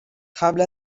قبل